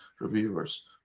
reviewers